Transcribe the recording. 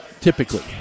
typically